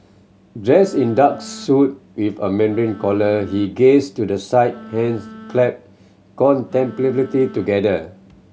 dressed in dark suit with a mandarin collar he gazed to the side hands clasped contemplatively together